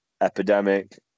epidemic